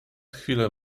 chwilę